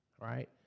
right